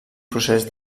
procés